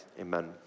Amen